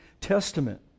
Testament